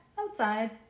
outside